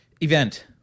event